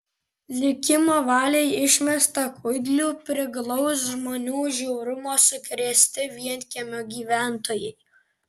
likimo valiai išmestą kudlių priglaus žmonių žiaurumo sukrėsti vienkiemio gyventojai